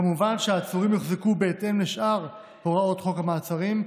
כמובן שהעצורים יוחזקו בהתאם לשאר הוראות חוק המעצרים,